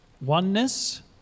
Oneness